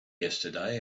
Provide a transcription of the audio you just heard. yesterday